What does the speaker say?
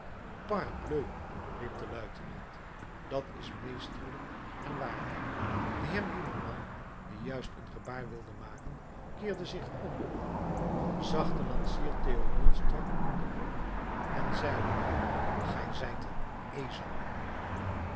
parbleu riep de luitenant dat is meesterlijk en waar de heer gillenormand die juist een gebaar wilde maken keerde zich om zag den lansier theodule strak in de oogen en zeide gij zijt een ezel